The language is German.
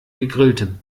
gegrilltem